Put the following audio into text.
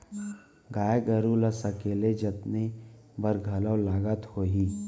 गाय गरू ल सकेले जतने बर घलौ लागत होही?